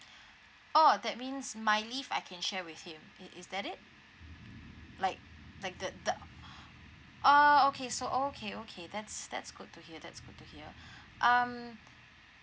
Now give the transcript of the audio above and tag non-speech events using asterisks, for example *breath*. oh that means my leave I can share with him i~ is that it like like the the *breath* oh okay so okay okay that's that's good to hear that good to hear um